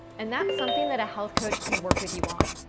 and that's something that a health coach can work with you on.